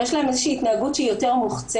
יש להם איזושהי התנהגות שהיא יותר מוחצנת.